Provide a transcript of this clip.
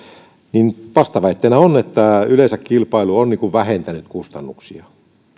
niin vastaväitteenä on että yleensä kilpailu on vähentänyt kustannuksia